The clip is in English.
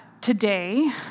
today